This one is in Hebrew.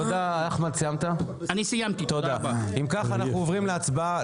אנחנו עוברים להצבעה.